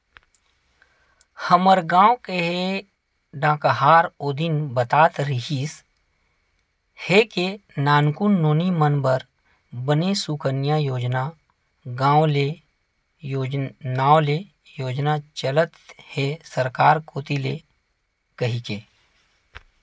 हमर गांव के डाकहार ओ दिन बतात रिहिस हे के नानकुन नोनी मन बर बने सुकन्या योजना नांव ले योजना चलत हे सरकार कोती ले कहिके